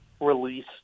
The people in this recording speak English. release